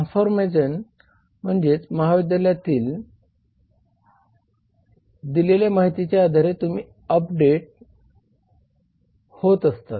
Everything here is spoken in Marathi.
ट्रान्सफॉर्म पझेशन म्हणजे महाविद्यल्यात दिलेल्या माहितीच्या आधारे तुम्ही अपडेट होत असतात